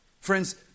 Friends